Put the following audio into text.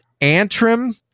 Antrim